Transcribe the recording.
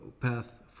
path